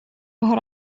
har